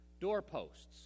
Doorposts